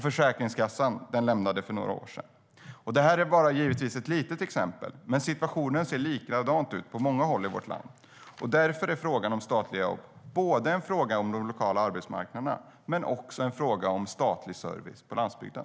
Försäkringskassan lämnade orten för några år sedan. Det här är givetvis bara ett litet exempel, men situationen ser likadan ut på många håll i vårt land. Därför är frågan om statliga jobb både en fråga om de lokala arbetsmarknaderna och en fråga om statlig service på landsbygden.